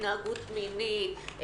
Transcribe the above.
התנהגות מינית,